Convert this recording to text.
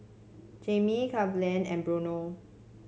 Jami Cleveland and Bruno